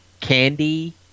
candy